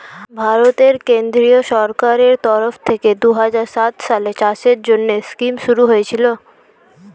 ভারতের কেন্দ্রীয় সরকারের তরফ থেকে দুহাজার সাত সালে চাষের জন্যে স্কিম শুরু হয়েছিল